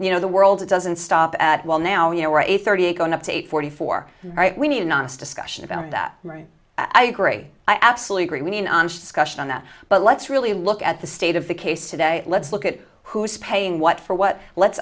you know the world doesn't stop at well now you know we're eight thirty eight going up to eight forty four we need an honest discussion about it that i agree i absolutely agree with on that but let's really look at the state of the case today let's look at who's paying what for what let's